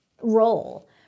role